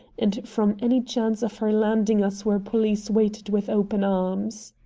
and from any chance of her landing us where police waited with open arms.